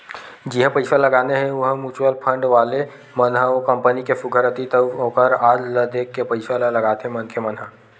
जिहाँ पइसा लगाना हे उहाँ म्युचुअल फंड वाले मन ह ओ कंपनी के सुग्घर अतीत अउ ओखर आज ल देख के पइसा ल लगाथे मनखे मन ह